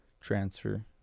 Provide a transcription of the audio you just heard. transfer